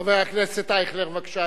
חבר הכנסת אייכלר, בבקשה,